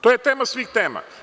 To je tema svih tema.